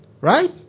Right